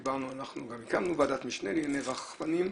דיברנו וגם הקמנו ועדת משנה לענייני רחפנים,